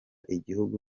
igihugu